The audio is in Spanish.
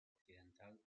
occidental